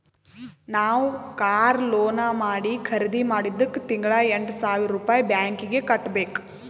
ನಾವ್ car loan ಮಾಡಿ ಖರ್ದಿ ಮಾಡಿದ್ದುಕ್ ತಿಂಗಳಾ ಎಂಟ್ ಸಾವಿರ್ ರುಪಾಯಿ ಬ್ಯಾಂಕೀಗಿ ಕಟ್ಟಬೇಕ್